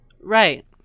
Right